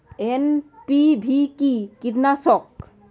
NPV কি কীটনাশক?